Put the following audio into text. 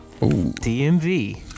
DMV